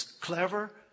clever